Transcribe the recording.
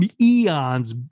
eons